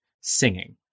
singing